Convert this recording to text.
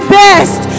best